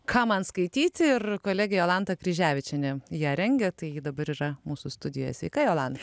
ką man skaityti ir kolegė jolanta kryževičienė ją rengia tai ji dabar yra mūsų studijoje sveika jolanta